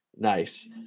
nice